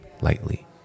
lightly